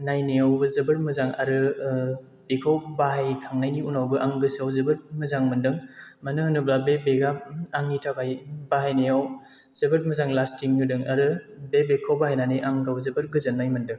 नायनायावबो जोबोर मोजां आरो बेखौ बाहायखांनायनि उनावबो आं गोसोआव जोबोद मोजां मोनदों मानो होनोब्ला बे बेगआ आंनि थाखाय बाहायनायाव जोबोद मोजां लास्टिं होदों आरो बे बेगखौ बाहायनानै आं गाव जोबोद गोजोननाय मोनदों